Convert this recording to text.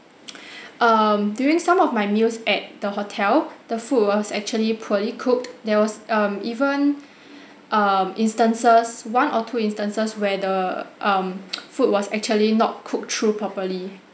um during some of my meals at the hotel the food was actually poorly cooked there was um even um instances one or two instances where the um food was actually not cook through properly